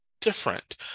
different